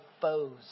foes